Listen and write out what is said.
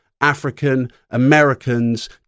African-Americans